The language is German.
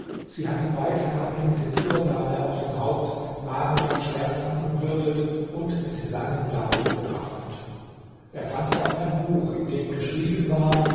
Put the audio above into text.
sie hatten weit herabhängende turbane auf dem haupt waren von schwertern umgürtet und mit langen lanzen bewaffnet er fand auch ein buch in dem geschrieben war